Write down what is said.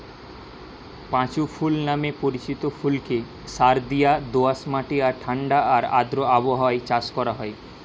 পাঁচু ফুল নামে পরিচিত ফুলকে সারদিয়া দোআঁশ মাটি আর ঠাণ্ডা আর আর্দ্র আবহাওয়ায় চাষ করা হয়